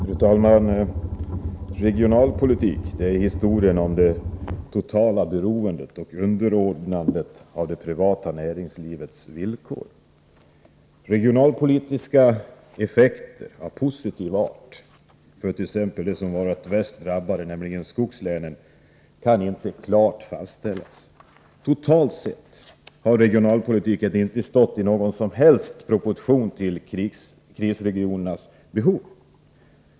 Fru talman! Regionalpolitik är historien om det totala beroendet av och underordnandet under det privata näringslivets villkor. Regionalpolitiska effekter av positiv art — t.ex. när det gäller dem som blivit värst drabbade, nämligen skogslänen — kan inte klart fastställas. Totalt sett har regionalpolitiken inte stått i någon som helst proportion till krisregionernas behov.